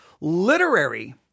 literary